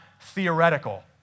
theoretical